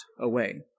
away